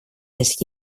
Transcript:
les